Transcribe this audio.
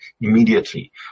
immediately